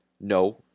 no